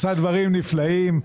הוא עשה דברים נפלאים.